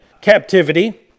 captivity